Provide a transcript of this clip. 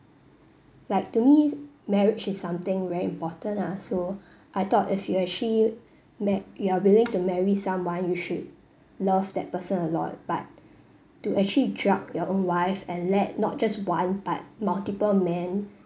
like to me marriage is something very important ah so I thought if you actually met you are willing to marry someone you should love that person a lot but to actually drug your own wife and let not just one but multiple men